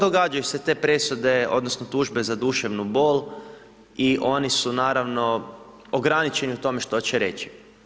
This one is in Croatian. Događaju se te presude, odnosno tužbe za duševnu bol i oni su naravno ograničeni u tome što će reći.